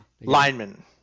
Lineman